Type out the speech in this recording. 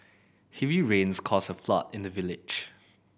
heavy rains caused a flood in the village